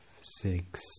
six